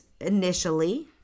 initially